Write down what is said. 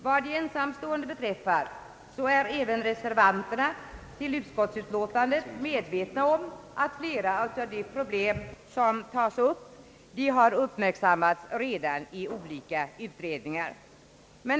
Vad de ensamstående beträffar är även reservanterna medvetna om att flera av de problem som tas upp i motionen redan uppmärksammats i en del utredningar.